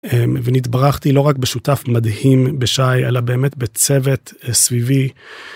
ונתברכתי לא רק בשותף מדהים בשי אלא באמת בצוות סביבי.